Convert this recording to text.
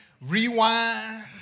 rewind